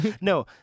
No